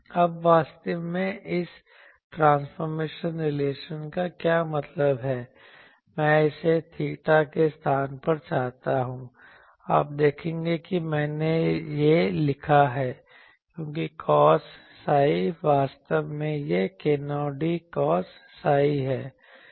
अब वास्तव में इस ट्रांसफॉरमेशन रिलेशन का क्या मतलब है मैं इसे थीटा के स्थान पर चाहता हूं आप देखें कि मैंने ये लिखा है क्योंकि कोस psi वास्तव में यह k0d कोस psi है